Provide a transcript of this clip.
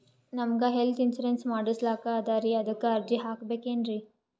ನಮಗ health insurance ಮಾಡಸ್ಲಾಕ ಅದರಿ ಅದಕ್ಕ ಅರ್ಜಿ ಹಾಕಬಕೇನ್ರಿ?